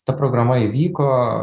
ta programa įvyko